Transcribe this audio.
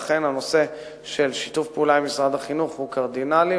ואכן הנושא של שיתוף פעולה עם משרד החינוך הוא קרדינלי,